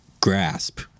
grasp